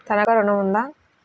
తనఖా ఋణం ఉందా?